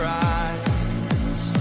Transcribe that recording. eyes